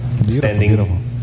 standing